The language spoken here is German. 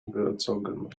gezogen